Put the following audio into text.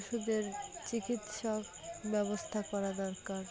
পশুদের চিকিৎসক ব্যবস্থা করা দরকার